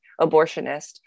abortionist